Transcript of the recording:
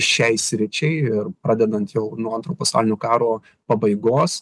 šiai sričiai ir pradedant jau nuo antro pasaulinio karo pabaigos